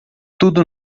tudo